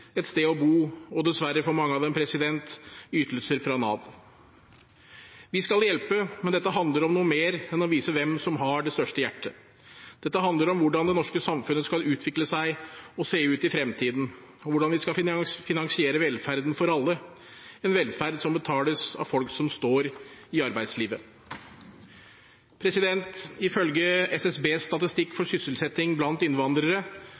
et sted og bo og – dessverre for mange av dem – ytelser fra Nav. Vi skal hjelpe, men dette handler om noe mer enn å vise hvem som har det største hjertet, dette handler om hvordan det norske samfunnet skal utvikle seg og se ut i fremtiden, og hvordan vi skal finansiere velferden for alle – en velferd som betales av folk som står i arbeidslivet. Ifølge SSBs statistikk for sysselsetting blant innvandrere